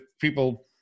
people